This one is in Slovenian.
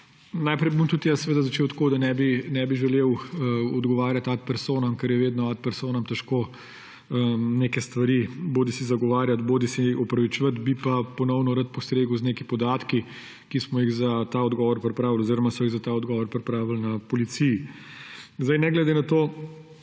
Najprej bom tudi jaz začel tako, da ne bi želel odgovarjati ad personam, ker je vedno ad personam težko neke stvari bodisi zagovarjati bodisi opravičevati, bi pa ponovno rad postregel z nekaj podatki, ki smo jih za ta odgovor pripravili oziroma so jih za ta odgovor pripravili na policiji. Ne glede na to,